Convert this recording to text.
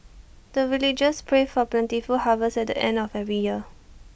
the villagers pray for plentiful harvest at the end of every year